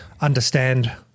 understand